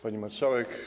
Pani Marszałek!